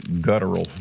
guttural